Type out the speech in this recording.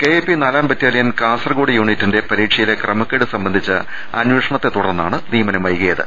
KAP നാലാം battalion Kasaragod യൂണിറ്റിന്റെ പരീക്ഷയിലെ ക്രമക്കേട് സംബന്ധിച്ച അന്വേഷണത്തെ തുടർന്നാണ് നിയമനം വൈകിയത്